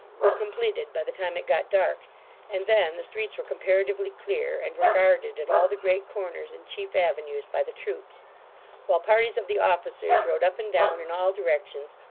were completed by the time it got dark and then the streets were comparatively clear, and were guarded at all the great corners and chief avenues by the troops while parties of the officers rode up and down in all directions,